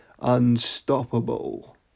Unstoppable